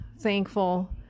thankful